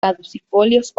caducifolios